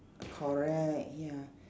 correct ya